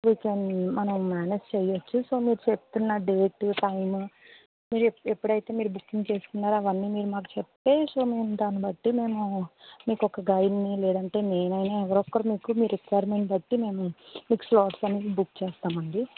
మనం మ్యానేజ్ చెయ్యొచ్చు సో మీరు చెప్పినట్టు డేట్ టైము మీరు ఎప్పుడయితే మీరు బుకింగ్ చేసుకున్నారో అవన్నీ మీరు మాకు చెప్తే సో మేము దాన్నిబట్టి మీకు ఒక గైడ్ని లేదంటే నేనైన ఎవరో ఒకరు ఇప్పుడు మీ రిక్వైర్మెంట్ బట్టి మేము మీకు స్లాట్స్ అనేవి బుక్ చేస్తామండి